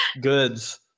goods